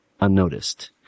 unnoticed